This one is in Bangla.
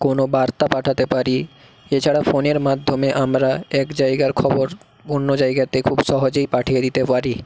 কোনও বার্তা পাঠাতে পারি এছাড়া ফোনের মাধ্যমে আমরা এক জায়গার খবর অন্য জায়গাতে খুব সহজেই পাঠিয়ে দিতে পারি